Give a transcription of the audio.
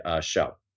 show